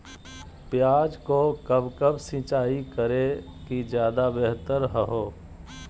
प्याज को कब कब सिंचाई करे कि ज्यादा व्यहतर हहो?